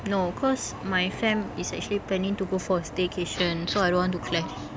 no cause my fam is actually planning to go for a staycation so I don't want to clash